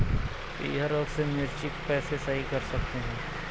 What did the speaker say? पीहर रोग से मिर्ची को कैसे सही कर सकते हैं?